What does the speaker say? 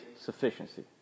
sufficiency